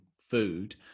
food